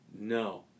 No